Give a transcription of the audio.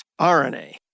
RNA